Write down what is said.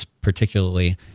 particularly